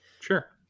Sure